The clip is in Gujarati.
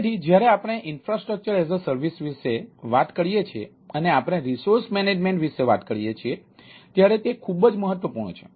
તેથી જ્યારે આપણે IaaS વિશે વાત કરીએ છીએ અને આપણે રિસોર્સ મેનેજમેન્ટ વિશે વાત કરીએ છીએ ત્યારે તે ખૂબ જ મહત્વપૂર્ણ છે